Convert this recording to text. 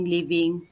Living